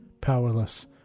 powerless